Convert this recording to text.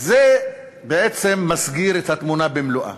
זה בעצם מסגיר את התמונה במלואה: